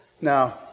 Now